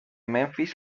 memphis